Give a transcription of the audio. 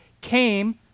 came